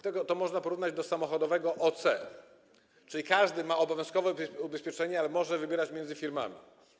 To można porównać do samochodowego OC, czyli każdy ma obowiązkowo mieć ubezpieczenie, ale może wybierać między firmami.